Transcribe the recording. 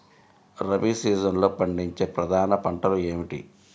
రబీ సీజన్లో పండించే ప్రధాన పంటలు ఏమిటీ?